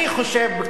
אני חושב,